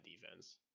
defense